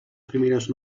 primeres